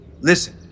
Listen